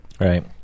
right